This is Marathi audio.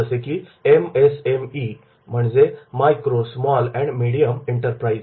जसे की एम एस एम ई म्हणजे micro small and medium enterprise